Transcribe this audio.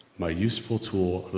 my useful tool.